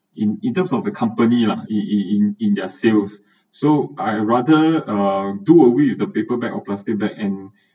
in in terms of the company lah in in in in their sales so I rather uh do away with the paper bag or plastic bag and